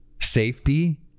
safety